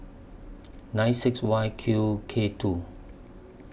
nine six Y Q K two